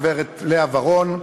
הגברת לאה ורון,